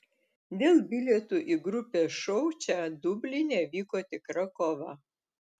dėl bilietų į grupės šou čia dubline vyko tikra kova